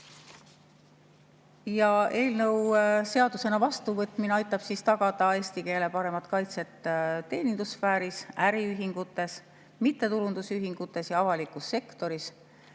Eelnõu seadusena vastuvõtmine aitab tagada eesti keele parema kaitse teenindussfääris, äriühingutes, mittetulundusühingutes ja avalikus sektoris